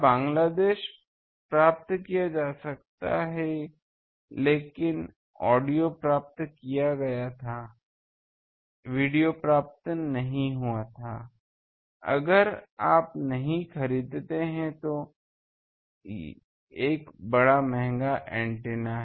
तो बांग्लादेश प्राप्त किया जा सकता है लेकिन ऑडियो प्राप्त किया गया था वीडियो प्राप्त नहीं हुआ था अगर आप नहीं खरीदते हैं एक बड़ा महंगा एंटीना